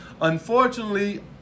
Unfortunately